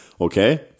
okay